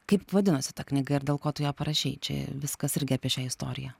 kaip vadinosi ta knyga ir dėl ko tu ją parašei čia viskas irgi apie šią istoriją